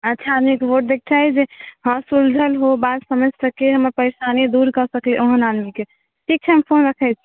अच्छा आदमीके वोट दयके चाही जे हाँ सुलझल हो बात समझ सके हमर परेशानी दूर कऽ सकै ओहन आदमीके ठीक छनि हम फोन रखैत छी